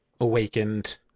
awakened